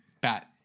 bat